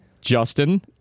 Justin